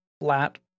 flat